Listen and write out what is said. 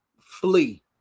flee